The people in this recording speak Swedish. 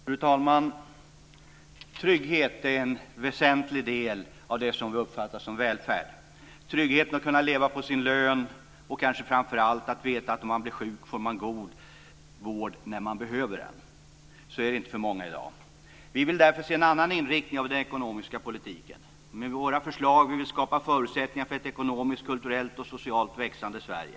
Fru talman! Trygghet är en väsentlig del av det som vi uppfattar som välfärd. Det gäller tryggheten att kunna leva på sin lön, och kanske framför allt att veta att om man blir sjuk och behöver god vård så får man det. Så är det inte för många i dag. Vi vill därför se en annan inriktning av den ekonomiska politiken. Med våra förslag vill vi skapa förutsättningar för ett ekonomiskt, kulturellt och socialt växande Sverige.